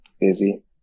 busy